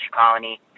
colony